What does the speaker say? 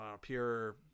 Pure